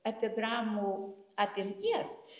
epigramų apimties